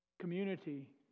Community